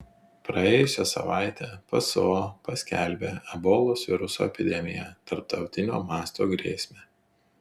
praėjusią savaitę pso paskelbė ebolos viruso epidemiją tarptautinio masto grėsme